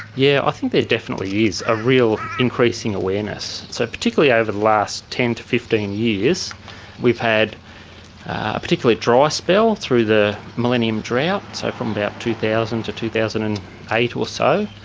yeah i think there definitely is a real increase in awareness. so particularly over the last ten to fifteen years we've had a particularly dry spell through the millennium drought, so from about two thousand to two thousand and eight or so.